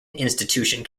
institution